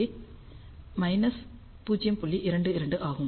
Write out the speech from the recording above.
22 ஆகும்